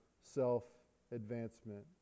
self-advancement